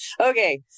Okay